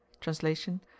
Translation